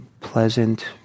pleasant